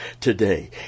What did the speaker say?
today